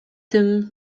tym